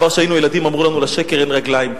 כבר כשהיינו ילדים אמרו לנו: לשקר אין רגליים.